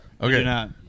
Okay